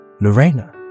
Lorena